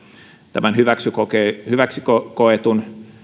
tämän hyväksi koetun